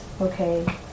okay